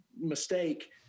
mistake